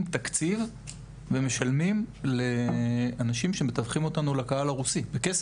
תקציב ומשלמים לאנשים שמתווכים אותנו לקהל הרוסי בכסף,